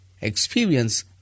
experience